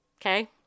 Okay